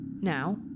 Now